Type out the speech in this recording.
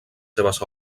seves